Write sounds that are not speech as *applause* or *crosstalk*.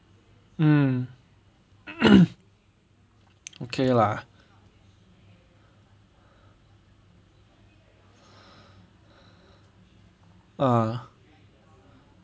mm *coughs* okay lah ah